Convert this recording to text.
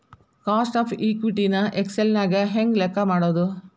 Cost of equity ನ Excel ನ್ಯಾಗ ಹೆಂಗ್ ಲೆಕ್ಕಾ ಮಾಡೊದು?